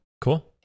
Cool